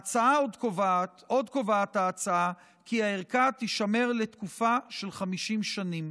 עוד קובעת ההצעה כי הערכה תשמר לתקופה של 50 שנים.